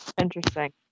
interesting